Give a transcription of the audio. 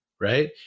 right